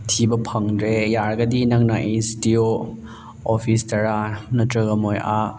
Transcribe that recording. ꯊꯤꯕ ꯐꯪꯗ꯭ꯔꯦ ꯌꯥꯔꯒꯗꯤ ꯅꯪꯅ ꯑꯦꯁ ꯗꯤ ꯑꯣ ꯑꯣꯐꯣꯁꯇꯔꯥ ꯅꯠꯇ꯭ꯔꯒ ꯃꯣꯏ ꯑꯥ